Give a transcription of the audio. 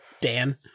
Dan